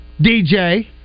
DJ